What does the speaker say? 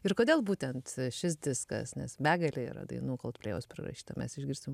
ir kodėl būtent šis diskas nes begalė yra dainų koldplėjaus prirašyta mes išgirsim